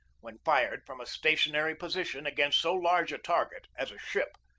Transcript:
when fired from a stationary position, against so large a target as a ship.